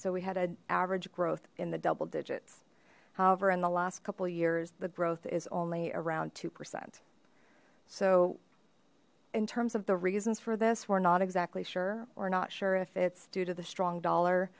so we had an average growth in the double digits however in the last couple years the growth is only around two percent so in terms of the reasons for this we're not exactly sure we're not sure if it's due to the strong dollar